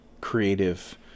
creative